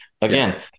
Again